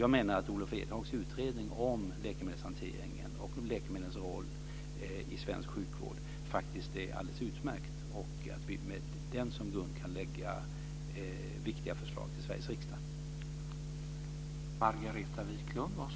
Jag menar att Olof Edhags utredning om läkemedelshanteringen och om läkemedlens roll i svensk sjukvård är alldeles utmärkt, och att vi med den som grund kan lägga fram viktiga förslag för Sveriges riksdag.